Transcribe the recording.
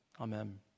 Amen